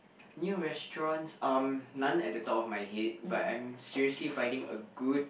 new restaurants um none at the top of my head but I'm seriously finding a good